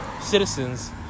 citizens